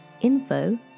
info